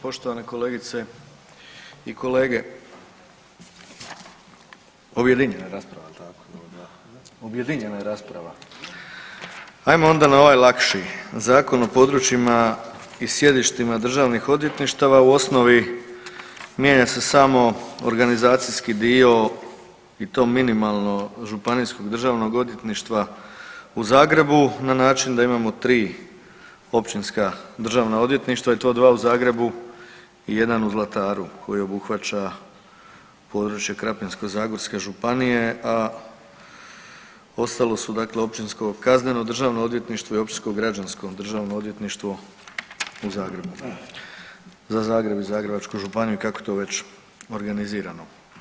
Poštovane kolegice i kolege, objedinjena je rasprava jel tako, objedinjena je rasprava, ajmo onda na ovaj lakši Zakon o područjima i sjedištima državnih odvjetništava u osnovi mijenja se samo organizacijski dio i to minimalno Županijskog državnog odvjetništva u Zagrebu na način da imamo 3 općinska državna odvjetništva i to 2 u Zagrebu i 1 u Zlataru koji obuhvaća područje Krapinsko-zagorske županije, a ostalo su dakle Općinsko kazneno državno odvjetništvo i Općinsko građansko državno odvjetništvo u Zagrebu za Zagreb i Zagrebačku županiju kako je to već organizirano.